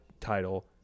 title